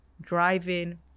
driving